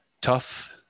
tough